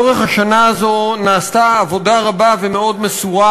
לאורך השנה הזו נעשתה עבודה רבה ומאוד מסורה,